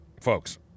folks